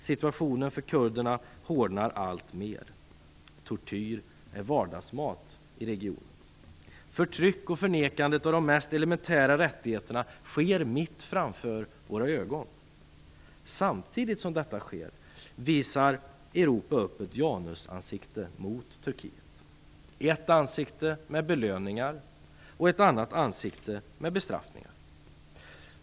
Situationen för kurderna hårdnar alltmer. Tortyr är vardagsmat i regionen. Förtryck och förnekande av de mest elementära rättigheterna sker mitt framför våra ögon. Samtidigt som detta sker visar Europa upp ett janusansikte mot Turkiet - ett ansikte med belöningar och ett annat ansikte med bestraffningar.